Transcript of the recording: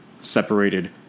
separated